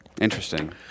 Interesting